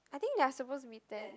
I think they are supposed to meet there